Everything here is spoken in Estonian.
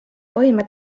toime